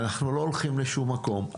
אנחנו לא הולכים לשום מקום.